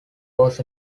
was